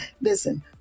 Listen